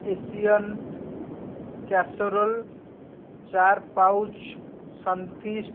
Asian casserole चार pouch Sunfeast